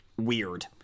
weird